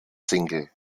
single